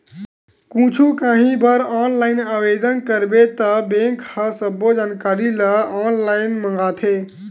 कुछु काही बर ऑनलाईन आवेदन करबे त बेंक ह सब्बो जानकारी ल ऑनलाईन मांगथे